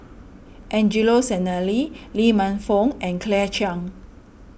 Angelo Sanelli Lee Man Fong and Claire Chiang